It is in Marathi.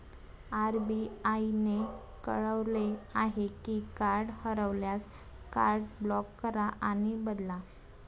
आर.बी.आई ने कळवले आहे की कार्ड हरवल्यास, कार्ड ब्लॉक करा आणि बदला